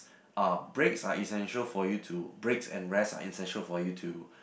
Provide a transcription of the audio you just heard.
uh breaks are essential for you to breaks and rest are essential for you to